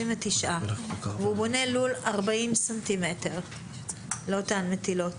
והוא בונה לול עם 40 סנטימטרים לאותן מטילות.